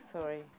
sorry